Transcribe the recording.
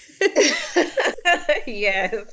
yes